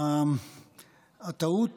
הטעות